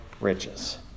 riches